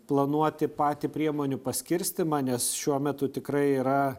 planuoti patį priemonių paskirstymą nes šiuo metu tikrai yra